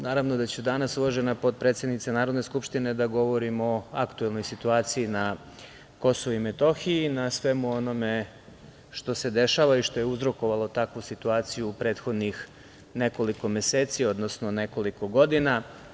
Naravno da ću danas uvažena potpredsednice Narodne skupštine da govorim o aktuelnoj situaciji na KiM, o svemu onome što se dešava i što je uzrokovalo takvu situaciju prethodnih nekoliko meseci, odnosno nekoliko godina.